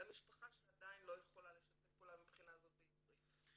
למשפחה שעדיין לא יכולה לשתף פעולה מהבחינה הזאת בעברית.